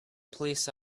police